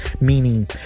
meaning